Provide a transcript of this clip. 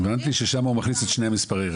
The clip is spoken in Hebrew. הבנתי ששם הוא מכניס את שני מספרי הרכב.